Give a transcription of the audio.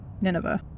Nineveh